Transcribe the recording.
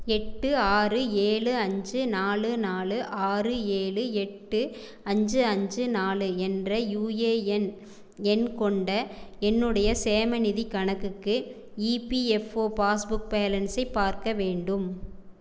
எட்டு ஆறு ஏழு அஞ்சு நாலு நாலு ஆறு ஏழு எட்டு அஞ்சு அஞ்சு நாலு என்ற யுஏஎன் எண் கொண்ட என்னுடைய சேமநிதிக் கணக்குக்கு இபிஎஃப்ஓ பாஸ்புக் பேலன்ஸை பார்க்க வேண்டும்